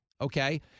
okay